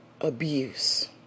abuse